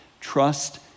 Trust